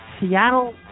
Seattle